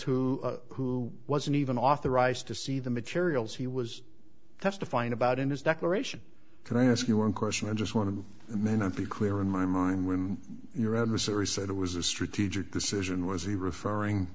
who who wasn't even authorized to see the materials he was testifying about in his declaration can i ask you one question i just want to be a minute be clear in my mind when your adversary said it was a strategic decision was he referring